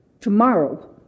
Tomorrow